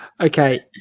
Okay